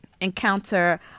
encounter